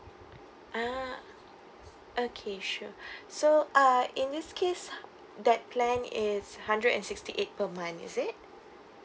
ah okay sure so uh in this case that plan is hundred and sixty eight per month is it